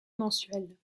mensuel